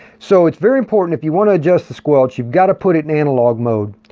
so, it's very important, if you want to adjust the squelch, you've got to put it in analog mode.